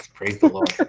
praise the lord.